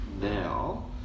now